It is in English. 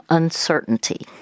uncertainty